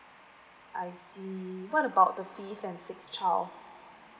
I see what about the fifth and sixth child